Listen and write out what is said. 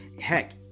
Heck